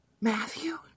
Matthew